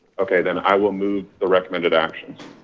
okay, then i will move the recommended action.